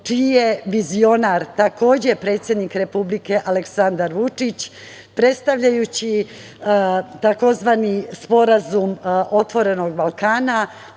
je vizionar takođe predsednik Republike, Aleksandar Vučić, predstavljajući tzv. Sporazum otvorenog Balkana